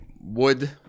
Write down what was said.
wood